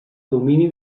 domini